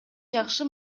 жакшы